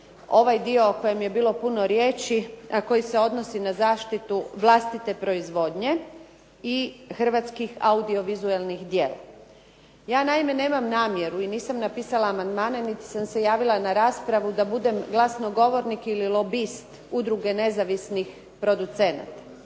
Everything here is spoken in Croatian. ovaj dio o kojem je bilo puno riječi, a koji se odnosi na zaštitu vlastite proizvodnje i hrvatskih audiovizuelnih djela. Ja naime nemam namjeru i nisam napisala amandmane, niti sam se javila na raspravu da budem glasnogovornik ili lobist udruge nezavisnih producenata,